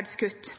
at